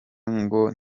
ngo